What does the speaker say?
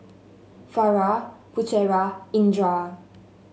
Farah Putera Indra